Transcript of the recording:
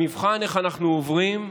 המבחן הוא איך אנחנו עוברים,